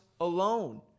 alone